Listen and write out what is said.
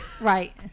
Right